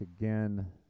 again